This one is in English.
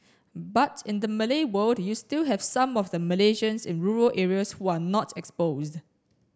but in the Malay world you still have some of the Malaysians in rural areas who are not exposed